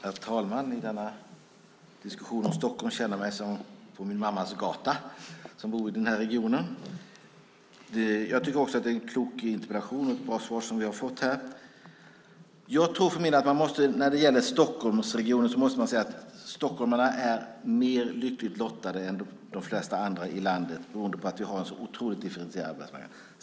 Herr talman! I denna diskussion om Stockholm känner jag mig som på min mammas gata eftersom jag bor i den här regionen. Jag tycker att det är en klok interpellation och att vi har fått ett bra svar. När det gäller Stockholmsregionen måste man säga att stockholmarna är mer lyckligt lottade än de flesta andra i landet beroende på att vi har en så otroligt differentierad arbetsmarknad.